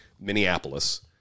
Minneapolis